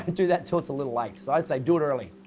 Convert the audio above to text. do that until it's a little late, so, i'd say, do it early.